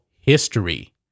history